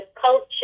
culture